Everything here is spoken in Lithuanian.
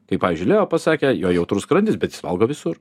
kaip pavyzdžiui leo pasakė jo jautrus skrandis bet jis valgo visur